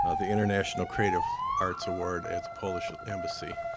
ah the international creative arts award at the polish embassy.